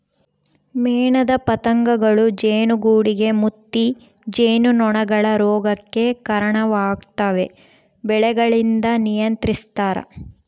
ಮೇಣದ ಪತಂಗಗಳೂ ಜೇನುಗೂಡುಗೆ ಮುತ್ತಿ ಜೇನುನೊಣಗಳ ರೋಗಕ್ಕೆ ಕರಣವಾಗ್ತವೆ ಬೆಳೆಗಳಿಂದ ನಿಯಂತ್ರಿಸ್ತರ